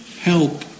help